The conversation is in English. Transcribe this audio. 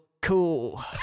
cool